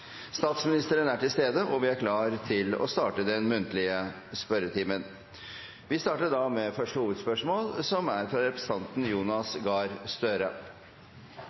Statsministeren er til stede, og vi er klare til å starte den muntlige spørretimen. Vi starter med første hovedspørsmål, fra representanten Jonas Gahr Støre.